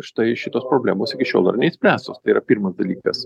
štai šitos problemos iki šiol dar neišspręstos tai yra pirmas dalykas